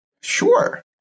Sure